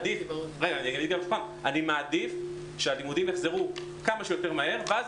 אני מעדיף שהלימודים יחזרו כמה שיותר מהר ואז